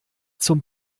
zum